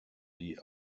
die